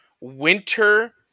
winter